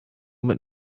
mit